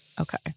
Okay